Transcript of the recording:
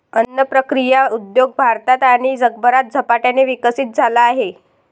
अन्न प्रक्रिया उद्योग भारतात आणि जगभरात झपाट्याने विकसित झाला आहे